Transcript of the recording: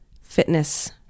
fitness